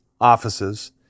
offices